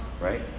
right